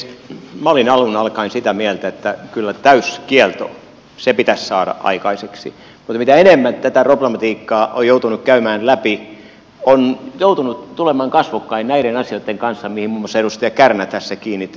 minä olin alun alkaen sitä mieltä että kyllä täyskielto pitäisi saada aikaiseksi mutta mitä enemmän tätä problematiikkaa on joutunut käymään läpi on joutunut tulemaan kasvokkain näiden asioitten kanssa joihin muun muassa edustaja kärnä tässä kiinnitti huomioita